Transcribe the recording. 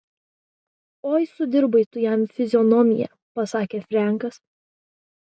oi sudirbai tu jam fizionomiją pasakė frenkas